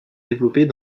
développés